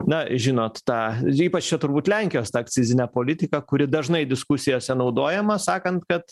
na žinot tą ypač čia turbūt lenkijos ta akcizinė politika kuri dažnai diskusijose naudojama sakant kad